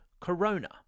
corona